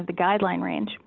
of the guideline range